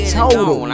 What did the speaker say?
total